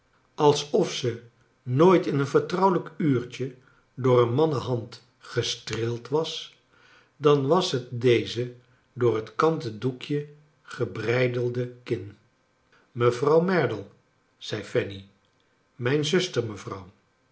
alsof ze nooit in een vertrouwelijk uurtje door een mannenhand gestreeld was dan was het deze door het kanten doekje gebreidelde kin mevrouw merdle zei fanny mijn zuster mevrouw